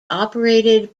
operated